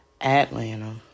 Atlanta